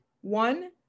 One